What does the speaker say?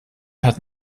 hat